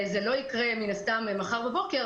זה לא יקרה מן הסתם מחר בבוקר,